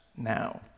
now